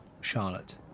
Charlotte